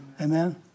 Amen